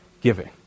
giving